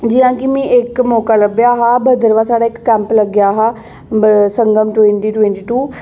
जि'यां कि मी इक्क मौका लब्भेआ हा भद्रवाह साढ़े इक कैंप लग्गेआ हा ब संगम टवंटी टवंटी टू